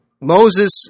Moses